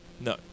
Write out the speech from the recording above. No